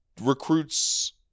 recruits